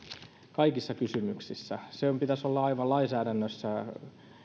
kaikissa kysymyksissä sen pitäisi olla lainsäädännössä aivan